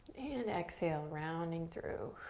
and exhale, rounding through.